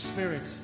Spirit